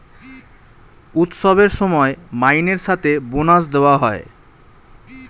উৎসবের সময় মাইনের সাথে বোনাস দেওয়া হয়